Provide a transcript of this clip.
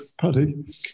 Paddy